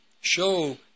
show